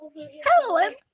Hello